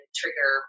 trigger